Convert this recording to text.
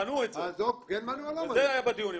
מנעו את זה, זה היה בדיונים.